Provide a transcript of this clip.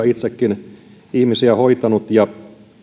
itsekin ihmisiä hoitanut ja